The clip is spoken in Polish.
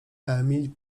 emil